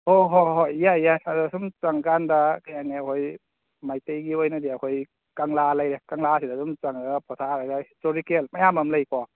ꯍꯣꯏ ꯍꯣꯏ ꯍꯣꯏ ꯌꯥꯏ ꯌꯥꯏ ꯑꯗꯣ ꯁꯨꯝ ꯆꯪꯀꯥꯟꯗ ꯀꯩ ꯍꯥꯏꯅꯤ ꯑꯩꯈꯣꯏ ꯃꯩꯇꯩꯒꯤ ꯑꯣꯏꯅꯗꯤ ꯑꯩꯈꯣꯏ ꯀꯪꯂꯥ ꯂꯩꯔꯦ ꯀꯪꯂꯥꯁꯤꯗ ꯑꯗꯨꯝ ꯆꯪꯉꯒ ꯄꯣꯊꯥꯔꯒ ꯍꯤꯁꯇꯣꯔꯤꯀꯦꯜ ꯃꯌꯥꯝ ꯑꯃ ꯂꯩꯀꯣ